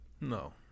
No